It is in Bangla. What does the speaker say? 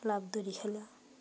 লাফ দড়ি খেলা